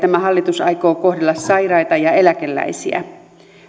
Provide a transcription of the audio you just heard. tämä hallitus aikoo kohdella sairaita ja eläkeläisiä